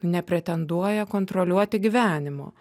nepretenduoja kontroliuoti gyvenimo